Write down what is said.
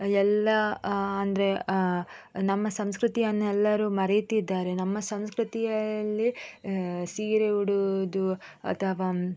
ಎಲ್ಲ ಅಂದರೆ ನಮ್ಮ ಸಂಸ್ಕೃತಿಯನ್ನು ಎಲ್ಲರು ಮರೆಯುತ್ತಿದ್ದಾರೆ ನಮ್ಮ ಸಂಸ್ಕೃತಿಯಲ್ಲಿ ಸೀರೆ ಉಡುವುದು ಅಥವಾ